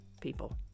people